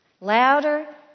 Louder